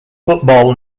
football